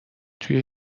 توی